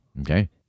okay